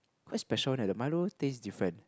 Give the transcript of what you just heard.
very special leh the Milo tastes different